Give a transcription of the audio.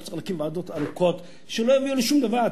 לא צריך להקים ועדות ארוכות שלא יביאו לשום דבר.